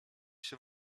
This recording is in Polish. się